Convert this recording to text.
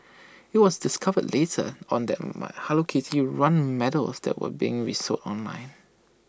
IT was discovered later on that my hello kitty run medals was that were being resold online